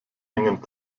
hängen